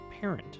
parent